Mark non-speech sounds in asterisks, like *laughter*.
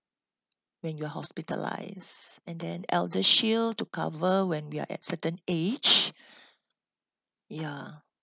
when you're hospitalised and then eldershield to cover when we are at certain age *breath* ya